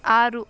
ಆರು